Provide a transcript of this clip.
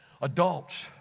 Adults